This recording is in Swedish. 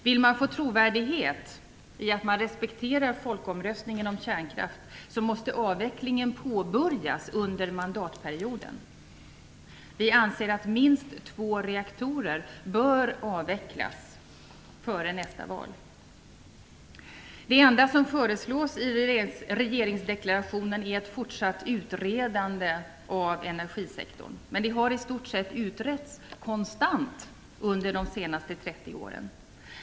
Vill man få trovärdighet i att man respekterar folkomröstningen om kärnkraften måste avvecklingen påbörjas under mandatperioden. Vi anser att minst två reaktorer bör avvecklas före nästa val. Det enda som föreslås i regeringsdeklarationen är ett fortsatt utredande av energisektorn. Den har i stort sett utretts konstant under de senaste 30 åren.